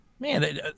Man